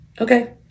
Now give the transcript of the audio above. okay